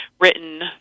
written